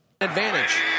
Advantage